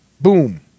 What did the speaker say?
boom